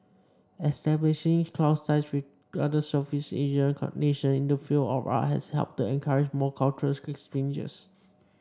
establishing close ties with other Southeast Asian nation in the field of art has helped to encourage more cultural exchanges